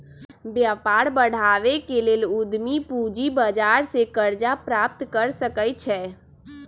व्यापार बढ़ाबे के लेल उद्यमी पूजी बजार से करजा प्राप्त कर सकइ छै